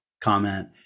comment